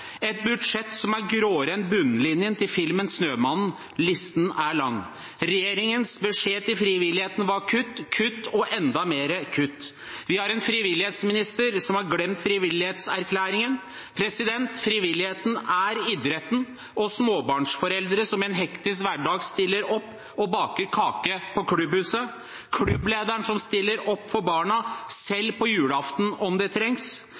Et budsjett som er gråere enn bunnlinjen til filmen Snømannen. Listen er lang. Regjeringens beskjed til frivilligheten var kutt, kutt og enda mer kutt. Vi har en frivillighetsminister som har glemt frivillighetserklæringen. Frivilligheten er idretten og småbarnsforeldre som i en hektisk hverdag stiller opp og baker kake på klubbhuset, klubblederen som stiller opp for barna, selv på julaften, om det trengs.